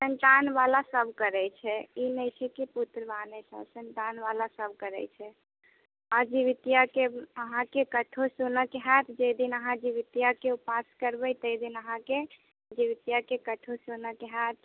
सन्तानवला सब करै छै ई नहि छै कि पुत्रवानेटा सन्तानवला सब करै छै आओर जितिआके अहाँके कथो सुनैके हैत जाहि दिन अहाँ जितिआके उपवास करबै ताहि दिन अहाँके जितिआ कथो सुनैके हैत